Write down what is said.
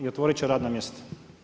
I otvorit će radna mjesta.